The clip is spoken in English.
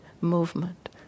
movement